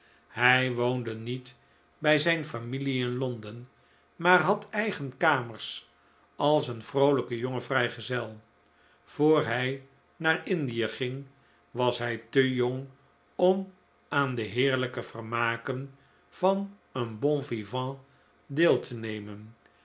hij woonde niet bij zijn familie in londen maar had eigen kamers als een vroolijke jonge vrijgezel voor hij naar indie ging was hij te jong om aan de heerlijke vermaken van een bon vivant deel te nemen